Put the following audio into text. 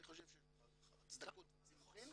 אני חושב שיש לכך הצדקות וצידוקים,